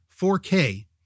4k